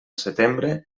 setembre